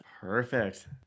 Perfect